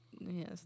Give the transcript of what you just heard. yes